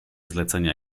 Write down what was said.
zlecenia